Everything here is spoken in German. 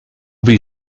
wie